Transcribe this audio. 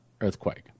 earthquake